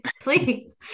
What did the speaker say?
Please